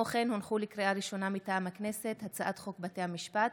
לקריאה ראשונה, מטעם הכנסת: הצעת חוק בתי המשפט